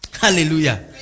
hallelujah